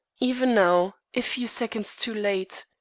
even now, a few seconds too late,